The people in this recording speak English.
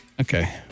Okay